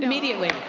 immediately.